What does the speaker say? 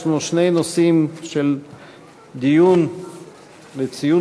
יש לנו שני נושאים לדיון שהם ציון